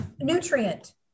nutrient